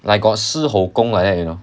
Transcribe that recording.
like got 狮吼功 like that you know